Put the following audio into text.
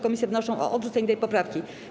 Komisje wnoszą o odrzucenie tej poprawki.